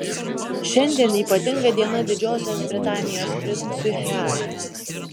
šiandien ypatinga diena didžiosios britanijos princui harry